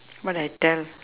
what I tell